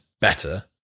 better